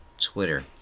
Twitter